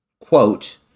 quote